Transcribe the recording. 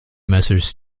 messrs